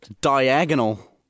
Diagonal